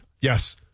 yes